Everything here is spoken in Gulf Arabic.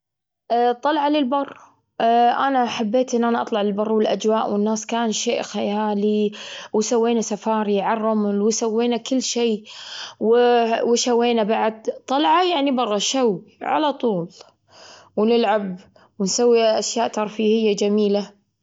طبعا، أنا استخدم-استخدمهم كلهم: تلفزيون، جريدة الأخبار، والسوشيال ميديا. بس السوشيال ميديا أسرع شيء أنا أحب استخدمه. يعني أنا أقرأ كلها، بس أنا استخدم السوشيال ميديا أسرع شيء.